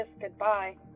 goodbye